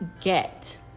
get